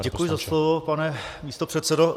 Děkuji za slovo, pane místopředsedo.